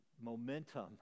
momentum